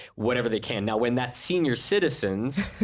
whatever they can now when that senior citizens